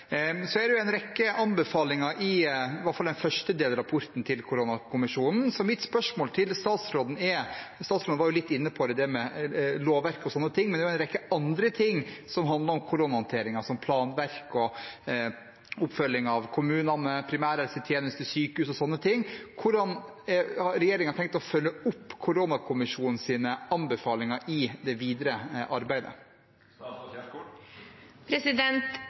rekke anbefalinger, i hvert fall i den første delrapporten til koronakommisjonen. Statsråden var litt inne på det med lovverket, men det er en rekke andre ting som handler om koronahåndteringen, som planverk og oppfølging av kommunene, primærhelsetjeneste og sykehus. Mitt spørsmål til statsråden er: Hvordan har regjeringen tenkt å følge opp koronakommisjonens anbefalinger i det videre arbeidet?